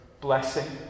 blessing